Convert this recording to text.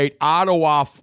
Ottawa